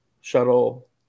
shuttle